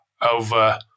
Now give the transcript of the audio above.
over